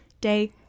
day